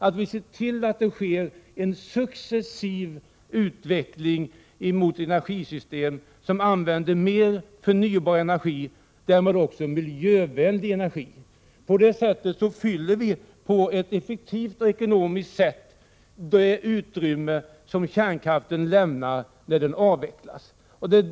Vi måste se till att det sker en successiv utveckling mot energisystem som använder mer av förnybar energi, och att det därmed också blir fråga om miljövänligare energi. På det sättet fyller vi på ett effektivt och ekonomiskt sätt det utrymme som uppkommer när kärnkraften avvecklas.